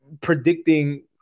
predicting